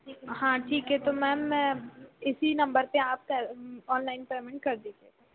हाँ ठीक है तो मैम मैं इसी नंबर पर आपकी ऑनलाइन पेमेंट कर दीजिएगा